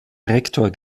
rektor